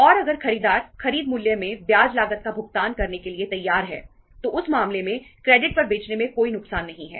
और अगर खरीदार खरीद मूल्य में ब्याज लागत का भुगतान करने के लिए तैयार है तो उस मामले में क्रेडिट पर बेचने में कोई नुकसान नहीं है